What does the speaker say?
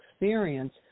experience